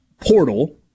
portal